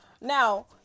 Now